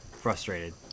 frustrated